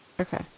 Okay